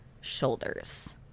shoulders